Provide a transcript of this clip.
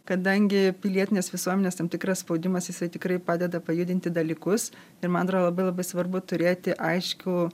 kadangi pilietinės visuomenės tam tikras spaudimas jisai tikrai padeda pajudinti dalykus ir man atrodo labai labai svarbu turėti aiškų